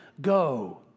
go